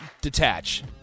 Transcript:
detach